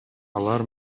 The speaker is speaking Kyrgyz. алар